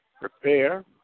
prepare